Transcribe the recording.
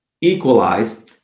equalize